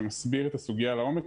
כשעושים דיונים מסוג זה מערכת החינוך,